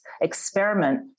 experiment